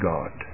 God